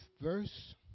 verse